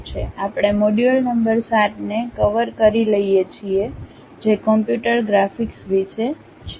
આપણે module number 7 ને cover કરી લઈએ છીએ જે કમ્પ્યુટર ગ્રાફિક્સ વિશે છે